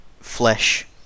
flesh